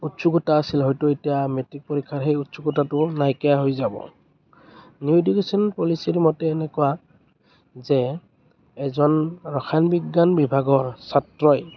উৎসুকতা আছিল হয়তো এতিয়া মেট্ৰিক পৰীক্ষাৰ সেই উৎসুকতাটো নাইকিয়া হৈ যাব নিউ এডুকেচন পলিচীৰ মতে এনেকুৱা যে এজন ৰসায়ন বিজ্ঞান বিভাগৰ ছাত্ৰই